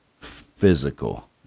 physical